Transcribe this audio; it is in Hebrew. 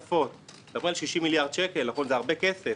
על 60 מיליארד שקל, נכון זה הרבה כסף.